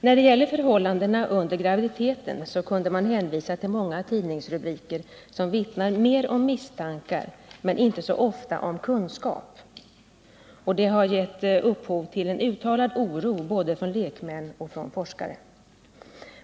När det gäller förhållanden under graviditeten kan man hänvisa till många tidningsrubriker som vittnar om misstankar men inte så ofta om kunskap, och det har gett upphov till en uttalad oro både från lek män och från forskare.